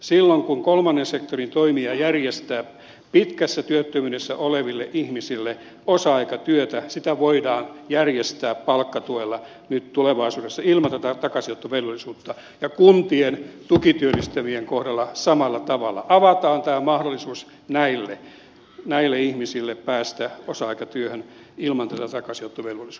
silloin kun kolmannen sektorin toimija järjestää pitkässä työttömyydessä oleville ihmisille osa aikatyötä sitä voidaan järjestää palkkatuella nyt tulevaisuudessa ilman tätä takaisinottovelvollisuutta ja kuntien tukityöllistämien kohdalla samalla tavalla avataan tämä mahdollisuus näille ihmisille päästä osa aikatyöhön ilman tätä takaisinottovelvollisuutta